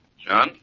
John